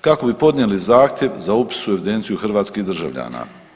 kako bi podnijeli zahtjev za upis u evidenciju hrvatskih državljana.